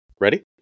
ready